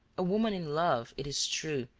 a woman in love, it is true,